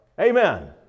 Amen